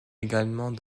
également